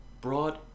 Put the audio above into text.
brought